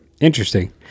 interesting